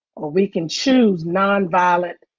or we can choose nonviolent